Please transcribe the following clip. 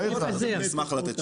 אם אתה רוצה תשובות אשמח לתת.